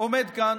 עומד כאן